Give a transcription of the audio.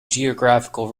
geographical